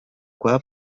kwa